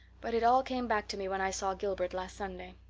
but it all came back to me when i saw gilbert last sunday.